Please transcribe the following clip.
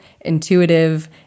intuitive